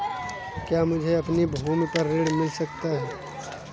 क्या मुझे अपनी भूमि पर ऋण मिल सकता है?